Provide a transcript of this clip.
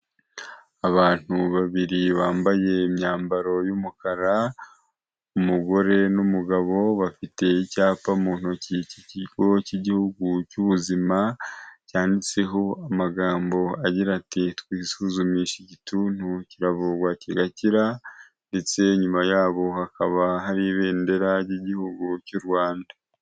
Abantu babiri bambaye imyambaro y'umukara, umugore n'umugabo bafite icyapa mu ntoki cy'ikigo cy'igihugu cy'ubuzima. Cyanditseho amagambo agira ati: "Twisuzumishe igituntu kiravurwa kigakira ndetse inyuma yaho hakaba hari ibendera ry'igihugu cy'u Rwanda."